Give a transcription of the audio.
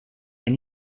and